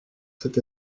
cet